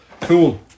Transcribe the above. Cool